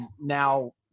now